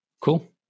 Cool